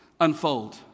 unfold